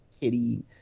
kitty